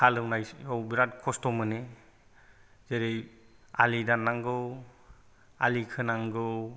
हालेवनाय समाव बिराद खस्थ' मोनो जेरै आलि दाननांगौ आलि खोनांगौ